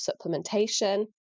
supplementation